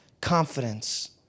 confidence